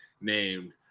named